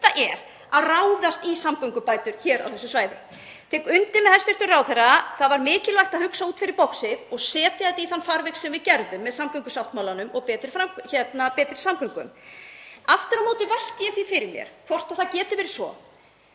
það er að ráðast í samgöngubætur hér á þessu svæði. Ég tek undir með hæstv. ráðherra að það var mikilvægt að hugsa út fyrir boxið og setja þetta í þann farveg sem við gerðum með samgöngusáttmálanum og Betri samgöngum. Aftur á móti velti ég því fyrir mér hvort það geti verið svo